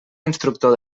instructor